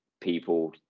people